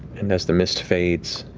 and as the mist fades,